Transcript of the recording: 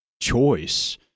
choice